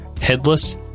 headless